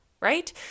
right